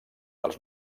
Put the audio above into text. els